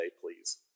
please